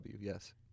yes